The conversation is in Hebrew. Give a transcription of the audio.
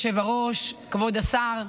היושב-ראש, כבוד השר,